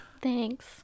Thanks